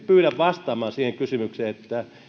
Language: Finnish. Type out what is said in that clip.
pyydän vastaamaan siihen kysymykseen